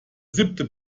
siebente